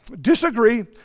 disagree